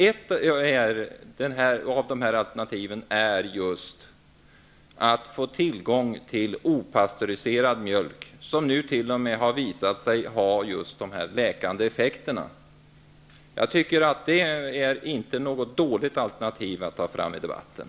Ett av de alternativen är just att få tillgång till opastöriserad mjölk, något som nu t.o.m. har visat sig ha läkande effekter. Jag tycker inte att det är något dåligt alternativ att ta fram i debatten.